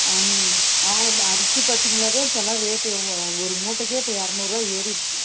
ஆ ம் ஆயர்ரூபா அரிசி பார்த்திங்கனா தான் இப்போலாம் ரேட்டு எவ்வளோ ஒரு மூட்டைக்கே இப்போ இரநூறுவா ஏறிடுச்சு